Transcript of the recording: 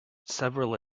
several